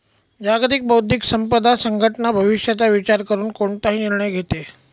जागतिक बौद्धिक संपदा संघटना भविष्याचा विचार करून कोणताही निर्णय घेते